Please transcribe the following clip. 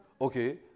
Okay